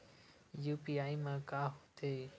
UPI मा का होथे?